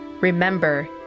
remember